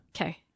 Okay